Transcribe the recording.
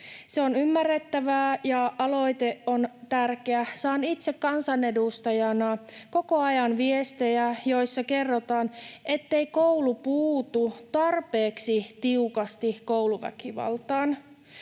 Se on ymmärrettävää, ja aloite on tärkeä. Saan itse kansanedustajana koko ajan viestejä, joissa kerrotaan, ettei koulu puutu tarpeeksi tiukasti kouluväkivaltaan.